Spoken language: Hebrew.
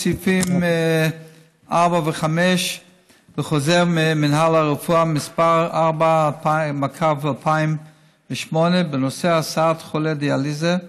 בסעיפים 4 ו-5 בחוזר מינהל הרפואה מס' 4/2008 בנושא "הסעת חולה דיאליזה"